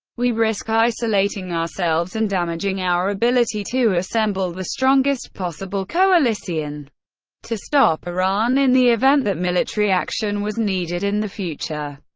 we risk isolating ourselves and damaging our ability to assemble the strongest possible coalition to stop iran in the event that military action was needed in the future.